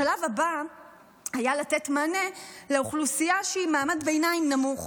השלב הבא היה לתת מענה לאוכלוסייה שהיא מעמד ביניים נמוך.